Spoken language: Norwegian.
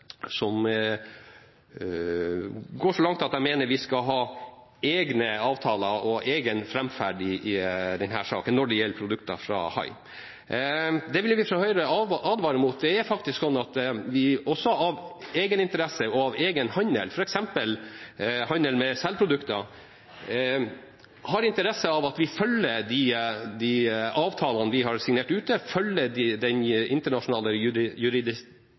man går så langt at man mener at vi skal ha egne avtaler og egen framferd i denne saken når det gjelder produkter fra hai. Det vil vi fra Høyre advare mot. Det er faktisk sånn at vi, ut fra egen handel, f.eks. handel med selprodukter, har interesse av å følge de avtalene vi har signert ute,